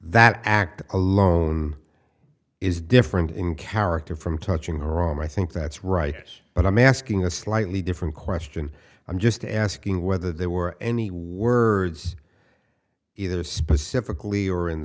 that act alone is different in character from touching the rom i think that's right but i'm asking a slightly different question i'm just asking whether there were any words either specifically or